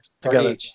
together